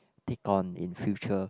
take on in future